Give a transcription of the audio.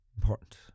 important